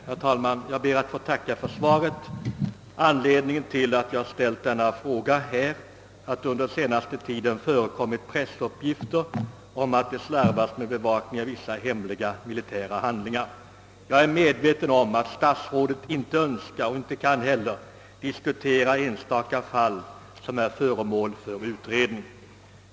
Herr talman! Jag ber att få tacka för svaret. Anledningen till att jag ställt denna fråga är att det förekommit pressuppgifter om att det slarvats med bevakningen av vissa hemliga handlingar. Jag är medveten om att statsrådet inte önskar och inte heller kan diskutera enstaka fall som är föremål för utredning.